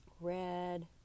Red